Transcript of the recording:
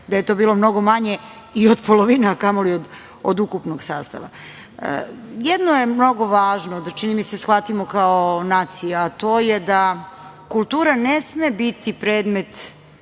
da je to bilo mnogo manje i od polovine, a kamoli od ukupnog sastava. Jedno je mnogo važno da, čini mi se, shvatimo kao nacija, a to je da kultura ne sme biti predmet